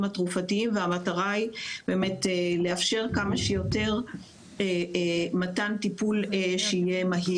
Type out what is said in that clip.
התרופתיים והמטרה היא לאפשר כמה שיותר מתן טיפול מהיר.